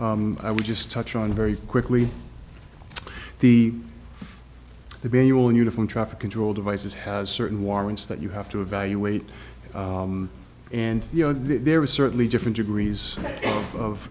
i would just touch on very quickly the the bejeweled in uniform traffic control devices has certain warrants that you have to evaluate and you know there are certainly different degrees of